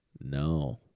No